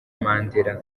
mandela